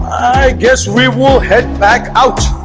i guess we will head back out,